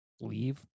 leave